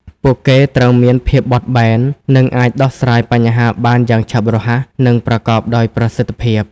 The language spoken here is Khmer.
ពួកគេត្រូវមានភាពបត់បែន និងអាចដោះស្រាយបញ្ហាបានយ៉ាងឆាប់រហ័ស និងប្រកបដោយប្រសិទ្ធភាព។